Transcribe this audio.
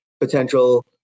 potential